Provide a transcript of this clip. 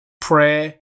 prayer